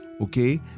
Okay